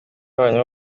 wanyu